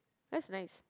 was nice